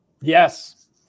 Yes